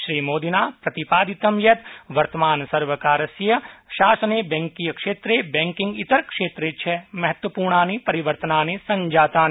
श्रीमोदिना प्रतिपादितं यत् वर्तमानसर्वकारस्य शासने बैंकीय क्षेत्रे बैंकेतरक्षेत्रे च महत्वपूर्णानि परिवर्तनानि सज्ञातानि